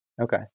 Okay